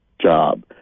job